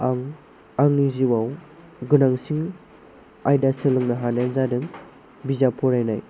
आं आंनि जिउआव गोनांसिन आयदा सोलोंनो हानायानो जादों बिजाब फरायनाय